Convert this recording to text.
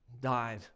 died